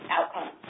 outcomes